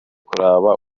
kuraba